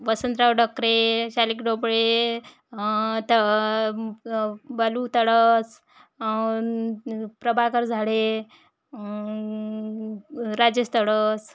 वसंतराव डक्रे शालिक डोपळे त बालू तडस प्रभाकर झाडे राजेश तडस